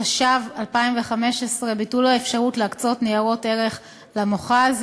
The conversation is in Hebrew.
(ביטול האפשרות להנפיק או להקצות ניירות ערך למוכ"ז),